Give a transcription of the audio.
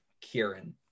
Kieran